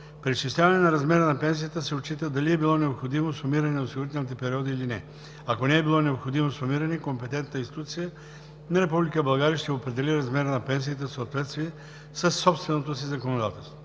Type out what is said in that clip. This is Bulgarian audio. изчисляване на размера на пенсията се отчита дали е било необходимо сумиране на осигурителни периоди или не. Ако не е било необходимо сумиране, компетентната институция на Република България ще определи размера на пенсията в съответствие със собственото си законодателство.